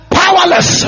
powerless